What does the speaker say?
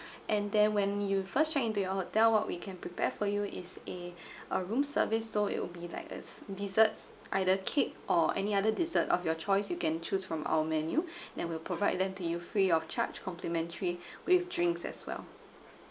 and there when you first check in to your hotel what we can prepare for you is a a room service so it would be like a desserts either cake or any other dessert of your choice you can choose from our menu that we'll provide to you free of charge complimentary with drinks as well